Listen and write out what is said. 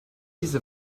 diese